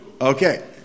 Okay